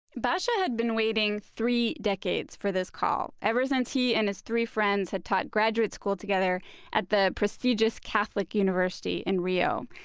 bacha had been waiting three decades for this call ever since he and his three friends had taught graduate school together at the prestigious catholic university in rio.